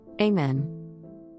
Amen